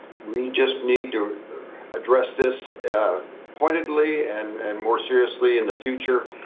we just need to address this pointedly and and more seriously in the future?